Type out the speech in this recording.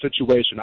situation